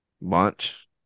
Bunch